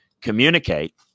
communicate